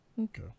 Okay